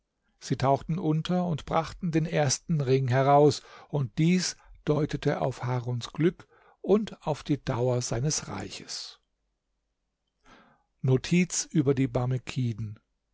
sie tauchten unter und brachten den ersten ring heraus und dies deutete auf haruns glück und auf die dauer seines reichs